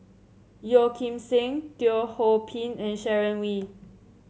Yeo Kim Seng Teo Ho Pin and Sharon Wee